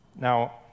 Now